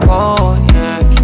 Cognac